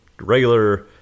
regular